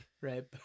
right